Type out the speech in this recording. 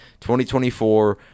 2024